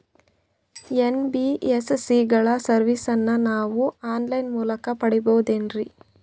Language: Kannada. ಎನ್.ಬಿ.ಎಸ್.ಸಿ ಗಳ ಸರ್ವಿಸನ್ನ ನಾವು ಆನ್ ಲೈನ್ ಮೂಲಕ ಪಡೆಯಬಹುದೇನ್ರಿ?